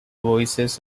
voices